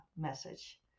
message